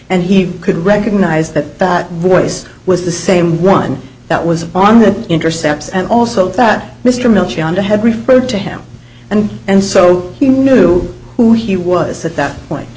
and he could recognize that that voice was the same one that was on the intercepts and also that mr milch on the head referred to him and and so he knew who he was at that point